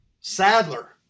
Sadler